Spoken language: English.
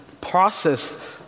process